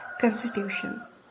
constitutions